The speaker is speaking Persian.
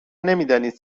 نمیدانید